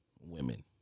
women